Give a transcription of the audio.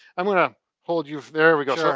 i'm gonna hold you, there we go. sure.